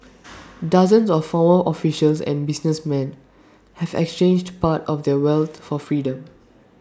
dozens of former officials and businessmen have exchanged part of their wealth for freedom